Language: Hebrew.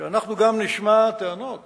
אנחנו גם נשמע טענות